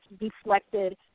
deflected